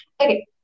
Okay